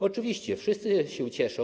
Oczywiście wszyscy się cieszą.